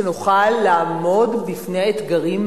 כדי שביחד נוכל לעמוד בפני האתגרים.